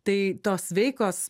tai tos sveikos